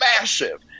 massive